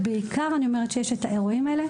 ובעיקר כשיש אירועים כאלה,